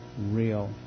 real